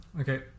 Okay